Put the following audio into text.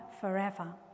forever